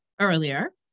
earlier